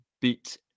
beat